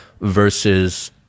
versus